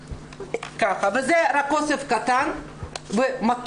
זה רק אוסף קטן ומתון.